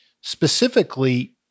specifically